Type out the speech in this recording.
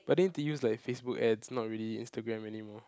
but then to use like Facebook ads not really Instagram anymore